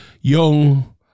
young